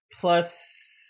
plus